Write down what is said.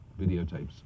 videotapes